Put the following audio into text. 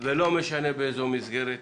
ולא משנה באיזו מסגרת